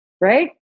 Right